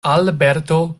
alberto